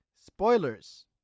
Spoilers